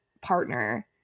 partner